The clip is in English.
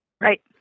right